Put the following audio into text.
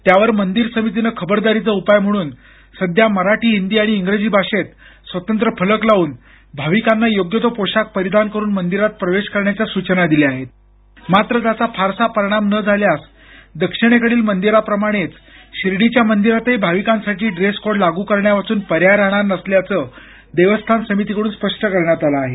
त्यावर मंदिर समितीनं खबरदारीचा उपाय म्हणून सध्या मराठी हिंदी आणि इंग्रजी भाषेत स्वतंत्र फलक लावून भाविकांना योग्य तो पोशाख परिधान करून मंदिरात प्रवेश करण्याच्या सूचना दिल्या आहेत मात्र त्याचा फारसा परिणाम न झाल्यास दक्षिणेकडील मंदिरांप्रमाणेच शिर्डीच्या मंदिरातही भाविकांसाठी ड्रेसकोड लागू करण्यावाचून पर्याय राहणार नसल्याचं देवस्थान समितीकडून स्पष्ट करण्यात आलं आहे